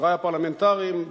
עוזרי הפרלמנטריים,